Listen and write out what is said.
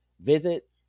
visit